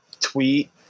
tweet